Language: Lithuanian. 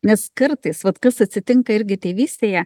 nes kartais vat kas atsitinka irgi tėvystėje